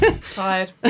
Tired